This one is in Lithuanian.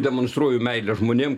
demonstruoju meilę žmonėm